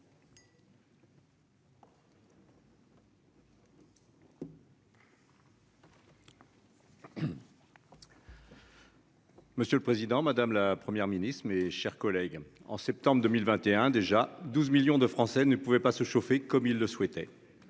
Monsieur le Président Madame la première ministre, mes chers collègues, en septembre 2021 déjà 12 millions de Français ne pouvait pas se chauffer, comme il le souhaitait,